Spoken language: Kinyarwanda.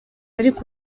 ariko